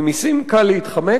ממסים קל להתחמק,